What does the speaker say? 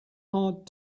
hard